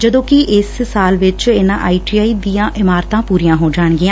ਜਦੋ ਕਿ ਇਸ ਸਾਲ ਵਿੱਚ ਇਹਨਾ ਆਈਟੀਆਈ ਦੀ ਇਮਾਰਤਾਂ ਪੁਰੀਆਂ ਹੋ ਜਾਣਗੀਆ